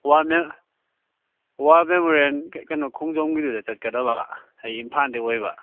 war memorial ꯀꯩꯅꯣ ꯈꯣꯡꯖꯣꯝꯒꯤꯗꯨꯗ ꯆꯠꯀꯗꯕ ꯑꯩ ꯏꯝꯐꯥꯜꯗꯩ ꯑꯣꯏꯕ